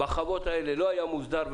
בחוות האלה לא היה מוסדר,